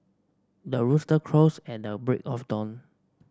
the rooster crows at a break of dawn